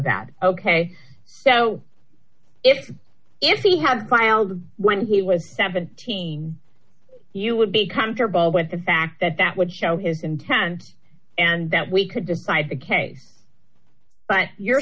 that ok so if if he had filed when he was seventeen you would be comfortable with the fact that that would show his intent and that we could decide the case but you're